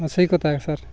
ହଁ ସେହି କଥା ଏକା ସାର୍